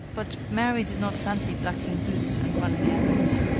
but mary did not fancy blacking boots and running errands.